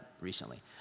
recently